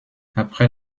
après